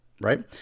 right